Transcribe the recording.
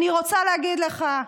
אני רוצה להגיד לך,